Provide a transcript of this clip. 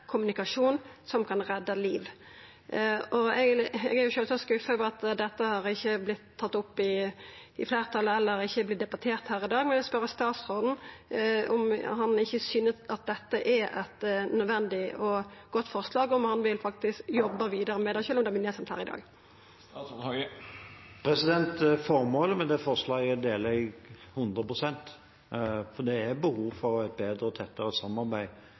kommunikasjon som kan redda liv. Eg er sjølvsagt skuffa over at dette ikkje har vorte tatt opp i fleirtalet eller debattert her i dag, og eg vil spørja statsråden om han ikkje synest dette er eit nødvendig og godt forslag, og om han vil jobba vidare med det, sjølv om det vert nedstemt her i dag. Formålet med det forslaget deler jeg hundre prosent, for det er behov for et bedre og tettere samarbeid